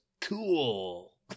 cool